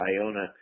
Iona